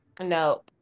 no